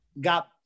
got